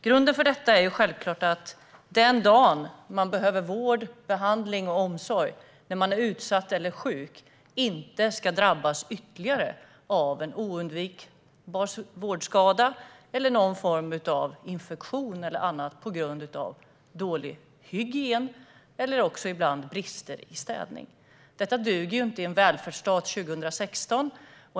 Grunden för detta är självklart att man den dag då man behöver vård, behandling och omsorg, när man är utsatt och sjuk, inte ska drabbas ytterligare av en undvikbar vårdskada eller av någon infektion eller annat på grund av dålig hygien eller brister i städningen. Detta duger inte i en välfärdsstat 2016.